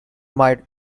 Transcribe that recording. mite